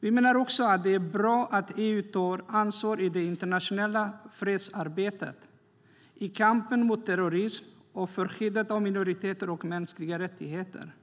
Vi menar också att det är bra att EU tar ansvar i det internationella fredsarbetet, i kampen mot terrorismen och för skyddet av minoriteter och mänskliga rättigheter.